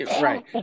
right